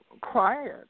quiet